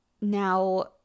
now